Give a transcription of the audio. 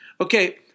Okay